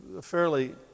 fairly